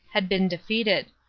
had been defeated.